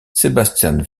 sebastian